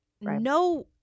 no